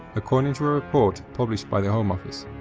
according to a report published by the home office.